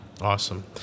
Awesome